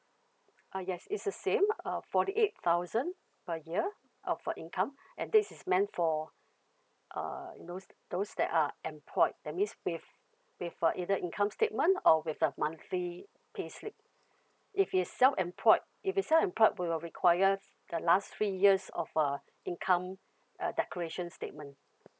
ah yes it's the same uh forty eight thousand per year of your income and this is meant for uh those those that are employed that means with with uh either income statement or with the monthly pay slip if it's self employed if it's self employed we will require the last three years of uh income uh declaration statement